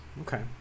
okay